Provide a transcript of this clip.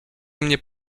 mnie